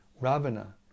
Ravana